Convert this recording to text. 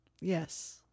Yes